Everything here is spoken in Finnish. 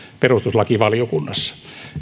perustuslakivaliokunnassa